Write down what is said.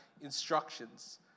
instructions